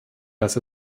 dass